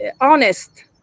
honest